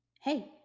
Hey